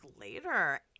later